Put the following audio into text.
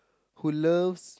who loves